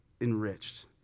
enriched